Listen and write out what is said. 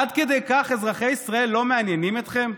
עד כדי כך אזרחי ישראל לא מעניינים אתכם?